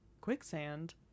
quicksand